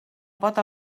pot